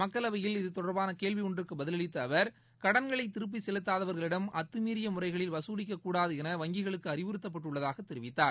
மக்களவையில் இதுதொடர்பான கேள்வி ஒன்றுக்கு பதிலளித்த அவர் கடன்களை திருப்பிச் செலுத்தாதவர்களிடம் முறைகளில் வகுலிக்கக் கூடாது என அறிவுறுத்தப்பட்டுள்ளதாக தெரிவித்தார்